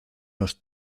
los